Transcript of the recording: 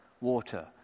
water